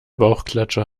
bauchklatscher